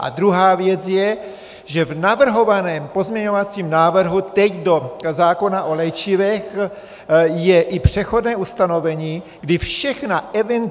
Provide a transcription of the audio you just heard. A druhá věc je, že v navrhovaném pozměňovacím návrhu teď do zákona o léčivech je i přechodné ustanovení, kdy všechna event.